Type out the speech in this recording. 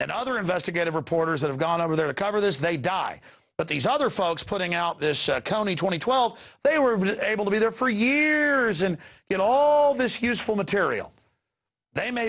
and other investigative reporters that have gone over there to cover this they die but these other folks putting out this county twenty twelve they were able to be there for years and get all this useful material they may